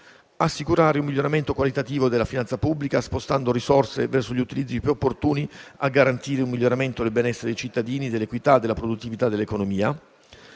Assicurare un miglioramento qualitativo della finanza pubblica, spostando risorse verso gli utilizzi più opportuni a garantire un miglioramento del benessere dei cittadini e dell'equità e della produttività dell'economia,